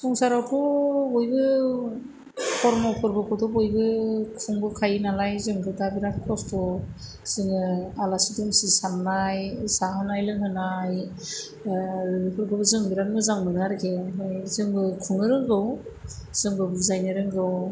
संसारावथ' बयबो खरम' फोरबोखौथ' बयबो खुंबोखायो नालाय जोंथ' दा बिराथ खस्थ' जोङो आलासि दुमसि साननाय जाहोनाय लोंहोनाय बेफोरखौबो जों बिराथ मोजां मोनो आरोखि आमफ्राय जोंबो खुंनो रोंगौ जोंबो बुजायनो रोंगौ